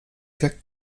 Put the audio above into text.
wir